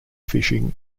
fishing